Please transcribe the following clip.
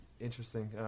interesting